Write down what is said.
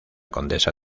condesa